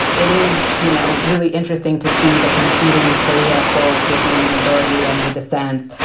it is, you know, really interesting to see the competing scalia quotes within the majority and the dissents.